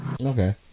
Okay